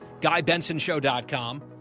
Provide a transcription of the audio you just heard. GuyBensonShow.com